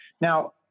Now